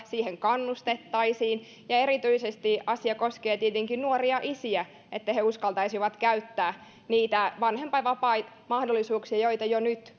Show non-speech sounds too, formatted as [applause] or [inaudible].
siihen kannustettaisiin ja erityisesti asia koskee tietenkin nuoria isiä että he uskaltaisivat käyttää niitä vanhempainvapaamahdollisuuksia joita jo nyt [unintelligible]